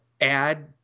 add